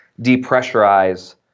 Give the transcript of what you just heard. depressurize